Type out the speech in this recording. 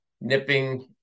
nipping